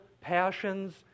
passions